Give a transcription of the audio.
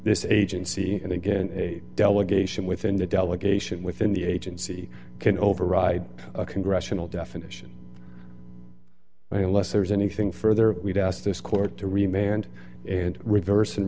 this agency and again a delegation within the delegation within the agency can override a congressional definition i have less there is anything further we've asked this court to remain and reverse